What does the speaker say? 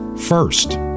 first